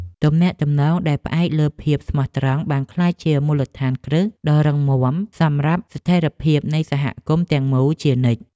ទំនាក់ទំនងដែលផ្អែកលើភាពស្មោះត្រង់បានក្លាយជាមូលដ្ឋានគ្រឹះដ៏រឹងមាំសម្រាប់ស្ថិរភាពនៃសហគមន៍ទាំងមូលជានិច្ច។